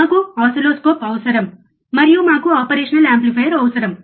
మాకు ఓసిల్లోస్కోప్ అవసరం మరియు మాకు ఆపరేషనల్ యాంప్లిఫైయర్ అవసరం